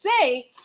say